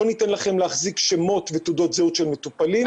לא ניתן לכם להחזיק שמות ותעודות זהות של מטופלים',